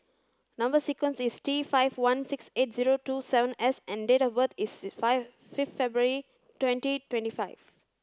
number sequence is T five one six eight zero two seven S and date of birth is fifth February twenty twenty five